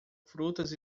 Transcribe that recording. frutas